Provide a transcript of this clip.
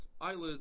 eyelids